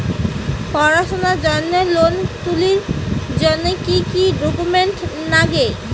পড়াশুনার জন্যে লোন তুলির জন্যে কি কি ডকুমেন্টস নাগে?